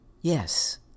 Yes